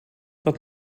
dat